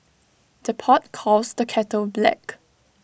the pot calls the kettle black